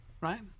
Right